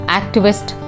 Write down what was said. activist